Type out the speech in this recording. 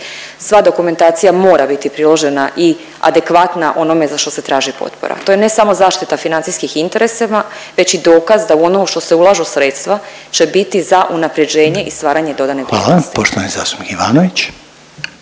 Sva dokumentacija mora biti priložena i adekvatna onome za što se traži potpora. To je ne samo zaštita financijskih interesima već i dokaz da u ono u što se ulažu sredstva će biti za unaprjeđenje i stvaranje dodane vrijednosti. **Reiner, Željko